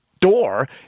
door